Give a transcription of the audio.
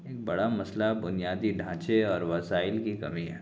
ایک بڑا مسئلہ بنیادی ڈھانچے اور وسائل کی کمی ہے